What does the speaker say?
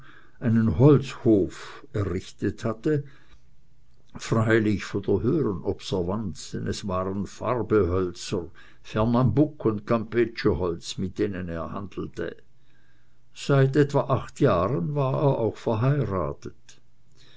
einen holzhof errichtet hatte freilich von der höheren observanz denn es waren farbehölzer fernambuk und campecheholz mit denen er handelte seit etwa acht jahren war er auch verheiratet